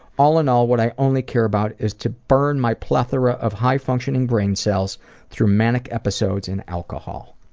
all in all what i only care about is to burn my plethora of high functioning brain cells through manic episodes and alcohol.